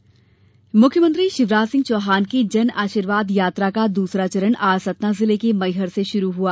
जन आशीर्वाद मुख्यमंत्री शिवराज सिंह चौहान की जन आशीर्वाद यात्रा का दूसरा चरण आज सतना जिले के मैहर से शुरु हुआ